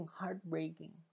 heartbreaking